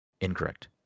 Incorrect